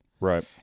Right